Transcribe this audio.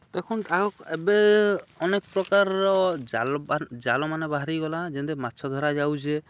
ଦେଖୁନ୍ ଆଉ ଏବେ ଅନେକ୍ ପ୍ରକାର୍ର ଜାଲ ଜାଲମାନେ ବାହାରିଗଲାନ ଯେନ୍ତି ମାଛ ଧରା ଯାଉଚେ